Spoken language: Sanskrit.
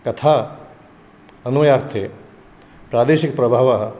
तथा अन्वयार्थे प्रादेशिकप्रभावः